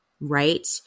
right